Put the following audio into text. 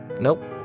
Nope